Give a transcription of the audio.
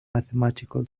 mathematical